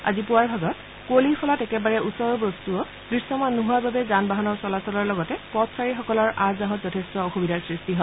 আজি পুৱাৰ ভাগত কুঁৱলীৰ ফলত একেবাৰে ওচৰৰ বস্তুও দৃশ্যমান নোহোৱাৰ বাবে যান বাহনৰ চলাচলৰ লগতে পথচাৰীসকলৰ আহ যাহত যথেষ্ট অসুবিধাৰ সৃষ্টি হয়